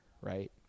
Right